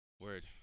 Word